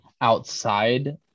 outside